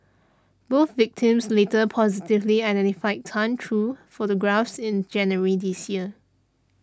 both victims later positively identified Tan through photographs in January this year